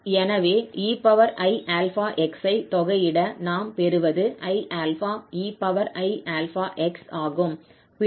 எனவே 𝑒𝑖𝛼𝑥 ஐ தொகையிட நாம் பெறுவது 𝑖𝛼 𝑒𝑖𝛼𝑥 ஆகும்